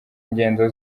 ingendo